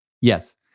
Yes